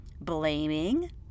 blaming